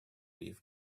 leaf